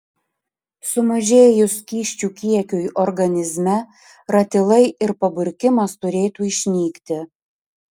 sumažėjus skysčių kiekiui organizme ratilai ir paburkimas turėtų išnykti